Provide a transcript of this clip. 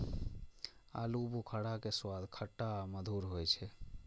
आलू बुखारा के स्वाद खट्टा आ मधुर होइ छै